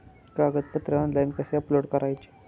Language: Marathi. कागदपत्रे ऑनलाइन कसे अपलोड करायचे?